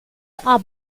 are